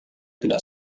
tidak